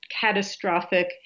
catastrophic